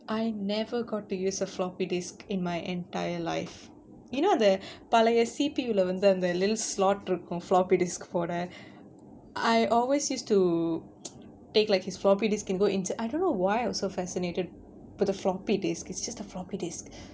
I never got to use a floppy disk in my entire life you know the பழைய:palaiya C_P_U lah வந்து அந்த:vanthu antha that little slot on floppy disk for a I always used to take like his floppy disk and go into I don't know why I was so fascinated by the floppy disk it's just a floppy disk